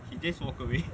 she just walk away